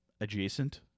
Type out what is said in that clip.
adjacent